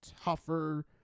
tougher